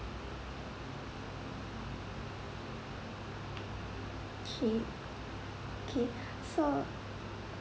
K K so